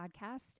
podcast